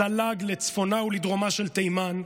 זלג לצפונה ולדרומה של תימן,